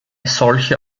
solche